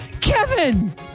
Kevin